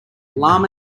llama